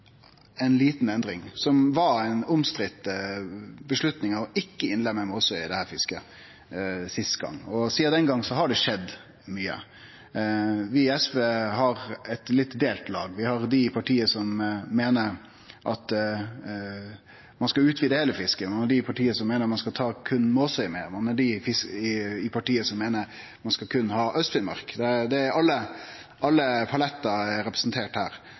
endring som var ei omstridd avgjerd om ikkje å innlemme Måsøy i dette fisket sist gong. Sidan den gongen har det skjedd mykje. Vi i SV har eit litt delt lag. Vi har dei i partiet som meiner at ein skal utvide heile fisket, vi har dei i partiet som meiner ein berre skal ta Måsøy med, og vi har dei i partiet som meiner at ein berre skal ha Aust-Finnmark med – alle palettar er representerte her. Det vi har landa på, er